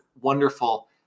wonderful